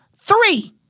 three